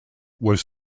was